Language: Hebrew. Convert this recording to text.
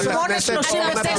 שלישית.